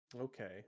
Okay